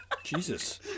jesus